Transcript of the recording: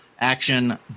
action